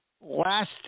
last